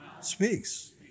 speaks